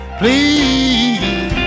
please